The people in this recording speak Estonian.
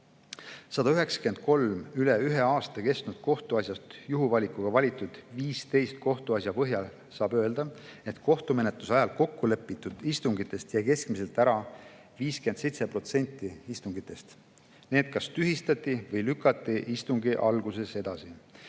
193‑st üle ühe aasta kestnud kohtuasjast juhuvalikuga valitud 15 kohtuasja põhjal saab öelda, et kohtumenetluse ajal kokku lepitud istungitest jäi keskmiselt ära 57% istungitest. Need kas tühistati või lükati istungi algus edasi.